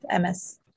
MS